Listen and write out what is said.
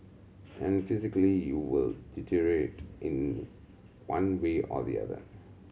and physically you will deteriorate in one way or the other